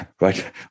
right